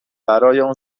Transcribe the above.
اون